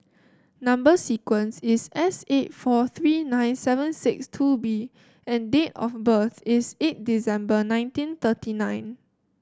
number sequence is S eight four three nine seven six two B and date of birth is eight December nineteen thirty nine